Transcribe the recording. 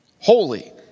Holy